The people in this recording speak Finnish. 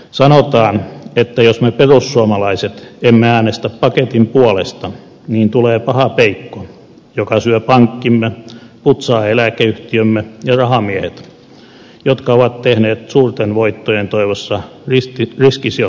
sanotaan että jos me perussuomalaiset emme äänestä paketin puolesta niin tulee paha peikko joka syö pankkimme putsaa eläkeyhtiömme ja rahamiehet jotka ovat tehneet suurten voittojen toivossa riskisijoituksia portugaliin